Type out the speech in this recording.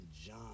John